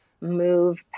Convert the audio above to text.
move